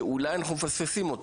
שאולי אנחנו מפספסים אותו.